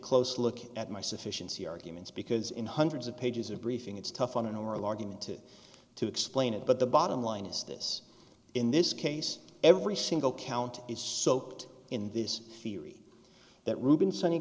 close look at my sufficiency arguments because in hundreds of pages of briefing it's tough on an oral argument to to explain it but the bottom line is this in this case every single count is soaked in this theory that ruben sonny